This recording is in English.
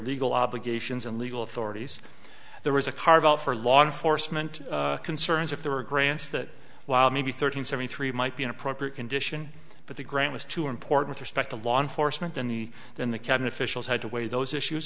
legal obligations and legal authorities there was a carve out for law enforcement concerns if there were grants that while maybe thirteen seventy three might be an appropriate condition but the grant was to import with respect to law enforcement and the then the cabinet officials had to weigh those issues